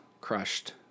crushed